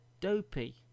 dopey